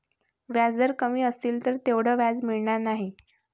व्याजदर कमी असतील तर तेवढं व्याज मिळणार नाही